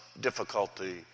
difficulty